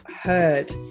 heard